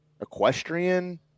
equestrian